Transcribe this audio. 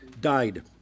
Died